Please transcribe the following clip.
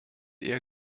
eher